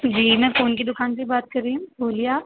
جی میں فون کی دکان سے بات کر رہی ہوں بولیے آپ